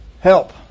help